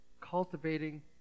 cultivating